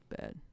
bad